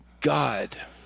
God